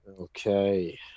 Okay